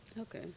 Okay